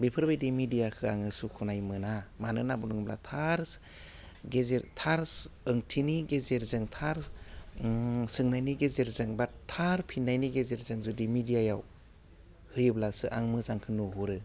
बेफोरबायदि मेडियाखौ आङो सुखुनाय मोना मानो होनना बुंदोंब्ला थार गेजेर थार ओंथिनि गेजेरजों थार सोंनायनि गेजेरजों बा थार फिननायनि गेजेरजों जुदि मिडियायाव होयोब्लासो आं मोजांखौ नुहुरो